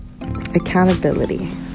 Accountability